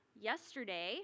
yesterday